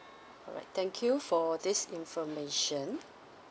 all right thank you for this information